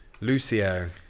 Lucio